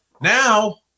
Now